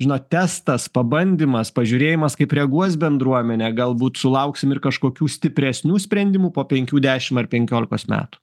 žinot testas pabandymas pažiūrėjimas kaip reaguos bendruomenė galbūt sulauksim ir kažkokių stipresnių sprendimų po penkių dešim ar penkiolikos metų